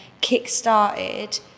kick-started